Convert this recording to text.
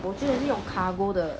我觉得是用 cargo 的